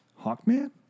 Hawkman